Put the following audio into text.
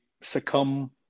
succumb